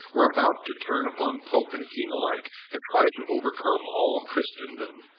were about to turn upon pope and king alike and try to overcome all christendom.